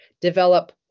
develop